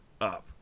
up